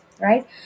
right